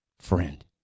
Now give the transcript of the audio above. friend